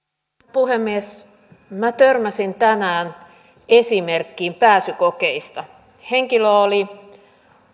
puhemies minä törmäsin tänään esimerkkiin pääsykokeista henkilö oli